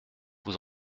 vous